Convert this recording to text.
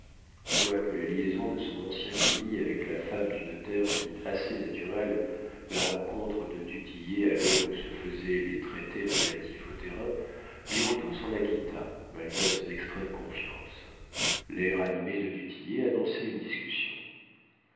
quoique la liaison de son ancien commis avec la femme du notaire rendît assez naturelle la rencontre de du tillet à l'heure où se faisaient les traités relatifs aux terrains birotteau s'en inquiéta malgré son extrême confiance l'air animé de du tillet annonçait une discussion